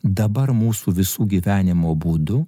dabar mūsų visų gyvenimo būdu